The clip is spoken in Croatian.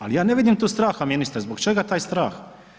Ali ja ne vidim tu straha ministre, zbog čega taj strah?